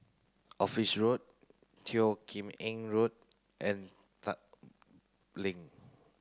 Office Road Teo Kim Eng Road and Tat Link